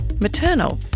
maternal